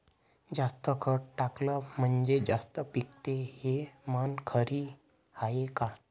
जास्त खत टाकलं म्हनजे जास्त पिकते हे म्हन खरी हाये का?